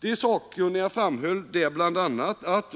De sakkunniga sade bl.a. att